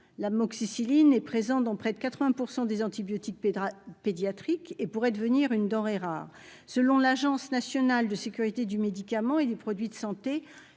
l'Amoxicilline est présent dans près de 80 % des antibiotiques pédiatrique et pourrait devenir une denrée rare, selon l'Agence nationale de sécurité du médicament et des produits de santé,